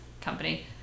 company